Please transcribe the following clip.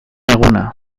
eguna